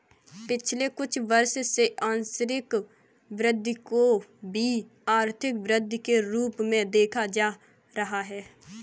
पिछले कुछ वर्षों से आंशिक वृद्धि को भी आर्थिक वृद्धि के रूप में देखा जा रहा है